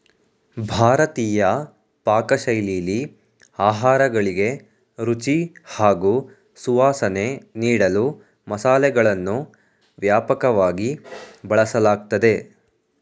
ಭಾರತೀಯ ಪಾಕಶೈಲಿಲಿ ಆಹಾರಗಳಿಗೆ ರುಚಿ ಹಾಗೂ ಸುವಾಸನೆ ನೀಡಲು ಮಸಾಲೆಗಳನ್ನು ವ್ಯಾಪಕವಾಗಿ ಬಳಸಲಾಗ್ತದೆ